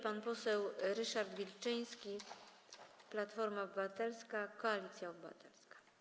Pan poseł Ryszard Wilczyński, Platforma Obywatelska - Koalicja Obywatelska.